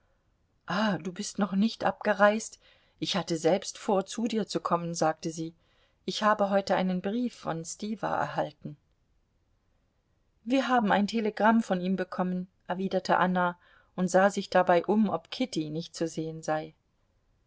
ah du bist noch nicht abgereist ich hatte selbst vor zu dir zu kommen sagte sie ich habe heute einen brief von stiwa erhalten wir haben auch ein telegramm von ihm bekommen erwiderte anna und sah sich dabei um ob kitty nicht zu sehen sei